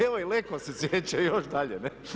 Evo i Leko se sjeća još dalje.